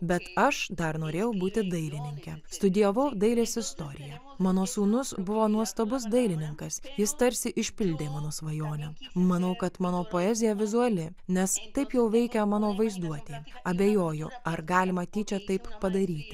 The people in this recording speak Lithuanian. bet aš dar norėjau būti dailininke studijavau dailės istoriją mano sūnus buvo nuostabus dailininkas jis tarsi išpildė mano svajonę manau kad mano poezija vizuali nes taip jau veikia mano vaizduotė abejoju ar galima tyčia taip padaryti